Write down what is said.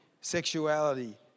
sexuality